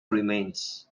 remains